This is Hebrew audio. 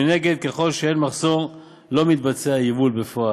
מנגד, ככל שאין מחסור, לא מתבצע יבוא בפועל.